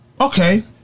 Okay